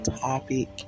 topic